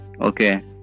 Okay